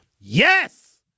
Yes